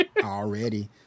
already